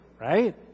right